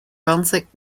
brunswick